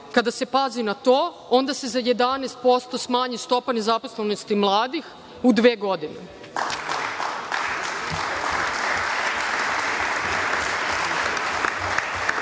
kada se pazi na to, onda se za 11% smanji stopa nezaposlenosti mladih u dve